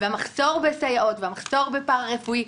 והמחסור בסייעות והמחסור בפרא-רפואי,